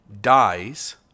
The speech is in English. dies